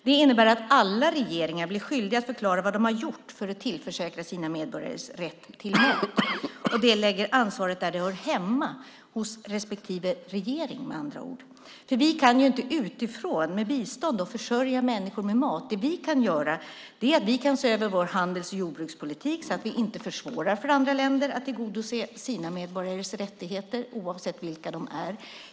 Det innebär att alla regeringar blir skyldiga att förklara vad de har gjort för att tillförsäkra sina medborgare rätt till mat. Det lägger ansvaret där det hör hemma - med andra ord hos respektive regering. Vi kan ju inte utifrån, med bistånd, försörja människor med mat. Det vi kan göra är att se över vår handels och jordbrukspolitik så att vi inte försvårar för andra länder att tillgodose sina medborgares rättigheter oavsett vilka de är.